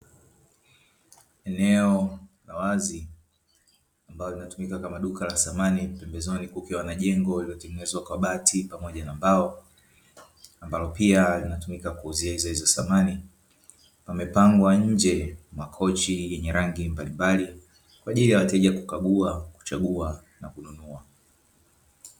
Eneo la wazi ambalo linatumika kama duka la samani . Pembezoni kukiwa na jengo lililojengwa kwa bahati pamoja na mbao, ambalo pia linatumika kuuzia hizo samani. Pamepangwa nje makochi yenye rangi mbalimbali kwa ajili ya wateja kukagua kuchagua na kununua.